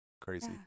crazy